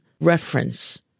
reference